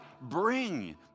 bring